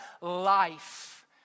life